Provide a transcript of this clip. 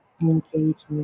engagement